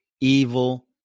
evil